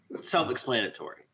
self-explanatory